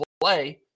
play